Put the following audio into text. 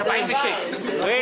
אז מה?